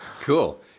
Cool